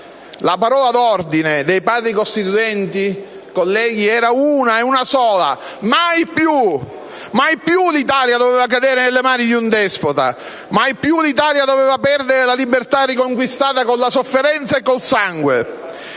La parola d'ordine dei Padri costituenti, colleghi, era una e una sola: mai più! Mai più l'Italia doveva cadere nelle mani di un despota. Mai più l'Italia doveva perdere la libertà riconquistata con la sofferenza e con il sangue.